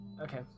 Okay